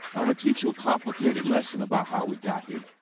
i want to teach you a complicated lesson about how we got here.